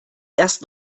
erst